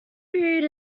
period